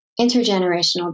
intergenerational